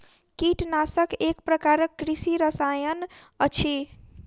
कीटनाशक एक प्रकारक कृषि रसायन अछि